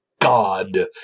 God